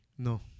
No